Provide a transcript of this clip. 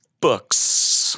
books